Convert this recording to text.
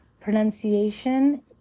Pronunciation